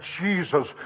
Jesus